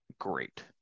great